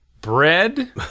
bread